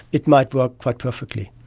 it might work quite perfectly.